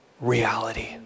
reality